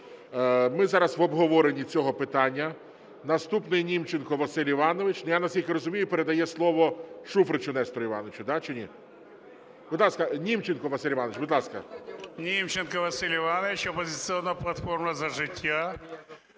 Ми зараз в обговоренні цього питання, наступний Німченко Василь Іванович. Ну, я, наскільки розумію, передає слово Шуфричу Нестору Івановичу. Так чи ні? Будь ласка, Німченко Василь Іванович. Будь ласка. 12:34:52 НІМЧЕНКО В.І. Німченко Василь Іванович, "Опозиційна платформа – За життя".